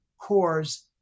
cores